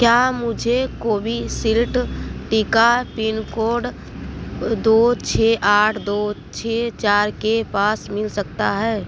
क्या मुझे कोविशील्ड टीका पिन कोड दो छ आठ दो छ चार के पास मिल सकता है